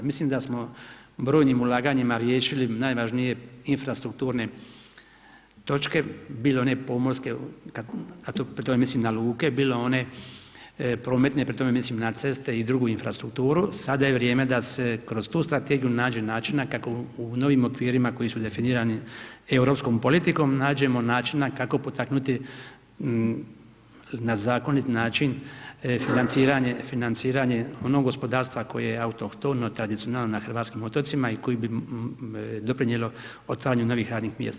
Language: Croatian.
Mislim da smo brojnim ulaganjima riješili najvažnije infrastrukturne točke, bilo one pomorske a pri tome mislim na luke, bilo one prometne, pri tome mislim na ceste i drugu infrastrukturu, sada je vrijeme da se kroz tu strategiju nađe načina kako u novim okvirima koji su definirani europskom politikom, nađemo načina kako potaknuti na zakonit način financiranje onog gospodarstva koje je autohtono, tradicionalno na hrvatskim otocima i koje bi doprinijelo otvaranju novih radnih mjesta.